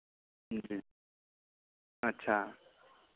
जी अच्छा